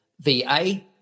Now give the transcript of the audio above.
V-A